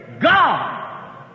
God